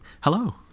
Hello